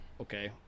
okay